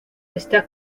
está